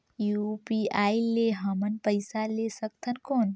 UPI ले हमन पइसा ले सकथन कौन?